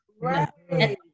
right